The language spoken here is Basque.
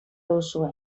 duzue